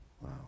Wow